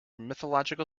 mythological